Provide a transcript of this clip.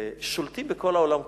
שולטים בכל העולם כולו,